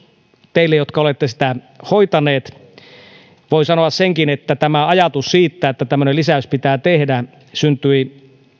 teille jotka olette sitä hoitaneet voin sanoa senkin että tämä ajatus siitä että tämmöinen lisäys pitää tehdä syntyi